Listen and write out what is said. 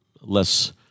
less